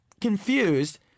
confused